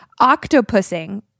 Octopussing